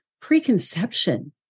preconception